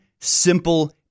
simple